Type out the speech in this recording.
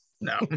No